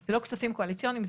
זה לא כספים קואליציוניים,